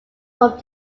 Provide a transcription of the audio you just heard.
from